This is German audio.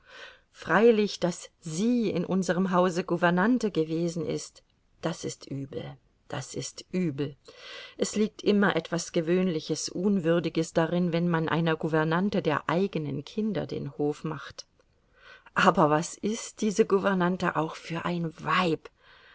freilich daß sie in unserem hause gouvernante gewesen ist das ist übel das ist übel es liegt immer etwas gewöhnliches unwürdiges darin wenn man einer gouvernante der eigenen kinder den hof macht aber was ist diese gouvernante auch für ein weib